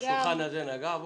שהשולחן הזה עסק בה.